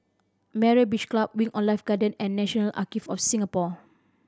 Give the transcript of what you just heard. Myra Beach Club Wing On Life Garden and National Archive of Singapore